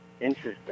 Interesting